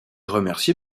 remercié